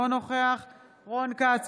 אינו נוכח רון כץ,